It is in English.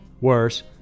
Worse